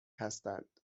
هستند